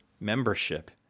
membership